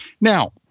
Now